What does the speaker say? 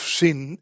sin